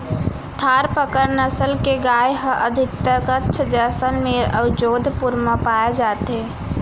थारपकर नसल के गाय ह अधिकतर कच्छ, जैसलमेर अउ जोधपुर म पाए जाथे